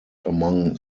among